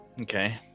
okay